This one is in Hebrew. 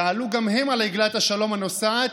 יעלו גם הם על עגלת השלום הנוסעת,